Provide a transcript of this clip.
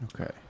Okay